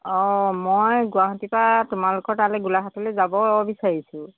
অঁ মই গুৱাহাটীৰপৰা তোমালোকৰ তালৈ গোলাঘাটলৈ যাব বিচাৰিছোঁ